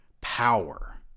power